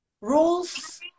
rules